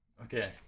Okay